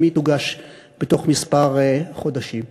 וגם היא תוגש בתוך כמה חודשים.